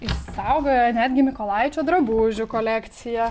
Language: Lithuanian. išsaugoję netgi mykolaičio drabužių kolekciją